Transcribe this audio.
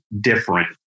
different